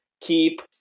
Keep